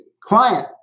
client